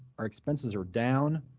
our expenses are down.